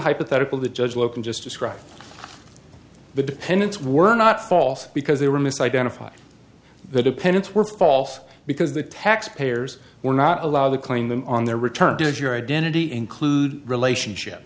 hypothetical the judge locum just described the dependents were not false because they were mis identified the dependents were false because the tax payers were not allowed to claim them on their return does your identity include relationship